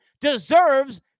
deserves